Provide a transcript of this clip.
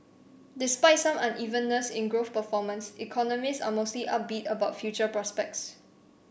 despite some unevenness in growth performance economists are mostly upbeat about future prospects